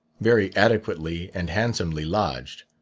very adequately and handsomely lodged.